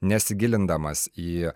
nesigilindamas į